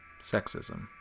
Sexism